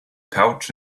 pouch